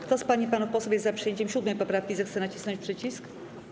Kto z pań i panów posłów jest za przyjęciem 7. poprawki, zechce nacisnąć przycisk.